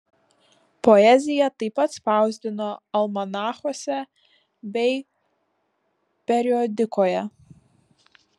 poeziją taip pat spausdino almanachuose bei periodikoje